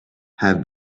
have